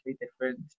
different